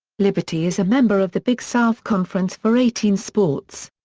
liberty is a member of the big south conference for eighteen sports.